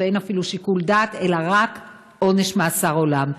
ואין אפילו שיקול דעת אלא רק עונש מאסר עולם.